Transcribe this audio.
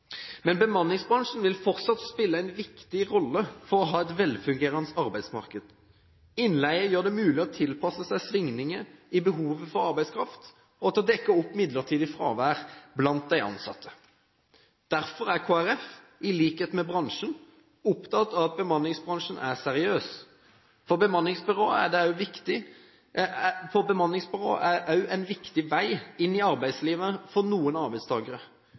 Men bemanningsbransjen vil fortsatt spille en viktig rolle for å ha et velfungerende arbeidsmarked. Innleie gjør det mulig å tilpasse seg svingninger i behovet for arbeidskraft, og til å dekke opp midlertidig fravær blant de ansatte. Derfor er Kristelig Folkeparti, i likhet med bransjen, opptatt av at bemanningsbransjen er seriøs. Bemanningsbyrå er også en viktig vei inn i arbeidslivet for noen arbeidstakere,